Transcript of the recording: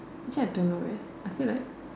actually I don't know leh I feel like